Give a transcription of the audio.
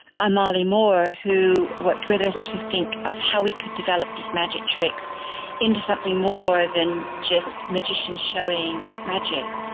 amarlie moore, who worked with us to think of how we could develop these magic tricks into something more than just magicians showing magic.